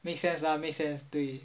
makes sense lah make sense 对